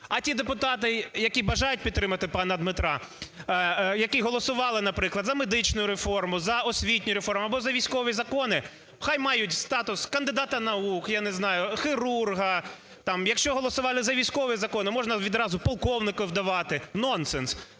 А ті депутати, які бажають підтримати пана Дмитра, які голосували, наприклад, за медичну реформу, за освітню реформу або за військові закони, хай мають статус кандидата наук, я не знаю, хірурга там. Якщо голосували за військові закони, можна відразу полковників давати. Нонсенс!